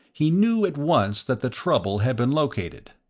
he knew at once that the trouble had been located.